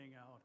out